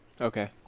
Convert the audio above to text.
Okay